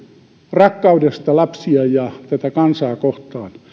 rakkaudesta lapsia ja tätä kansaa kohtaan